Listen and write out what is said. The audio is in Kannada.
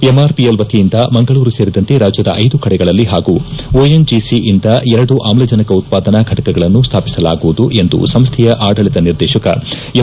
ಎಂಆರ್ಪಿಎಲ್ ವತಿಯಿಂದ ಮಂಗಳೂರು ಸೇರಿದಂತೆ ರಾಜ್ಯದ ಐದು ಕಡೆಗಳಲ್ಲಿ ಹಾಗೂ ಒಎನ್ಜಿಸಿಯಿಂದ ಎರಡು ಆಮ್ಲಜನಕ ಉತ್ಪಾದನಾ ಘಟಕಗಳನ್ನು ಸ್ಥಾಪಿಸಲಾಗುವುದು ಎಂದು ಸಂಸ್ಥೆಯ ಆಡಳಿತ ನಿರ್ದೇಶಕ ಎಂ